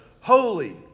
Holy